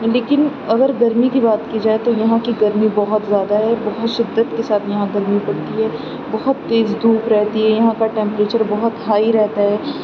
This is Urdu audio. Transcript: لیكن اگر گرمی کی بات كی جائے تو یہاں کی گرمی بہت زیادہ ہے بہت شدت کے ساتھ یہاں گرمی پڑتی ہے بہت تیز دھوپ رہتی ہے یہاں کا ٹیمپریچر بہت ہائی رہتا ہے لیکن